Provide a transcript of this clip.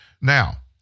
Now